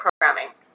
Programming